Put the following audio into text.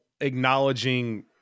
acknowledging